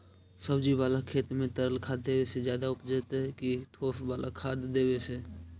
सब्जी बाला खेत में तरल खाद देवे से ज्यादा उपजतै कि ठोस वाला खाद देवे से?